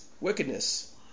wickedness